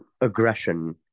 aggression